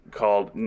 called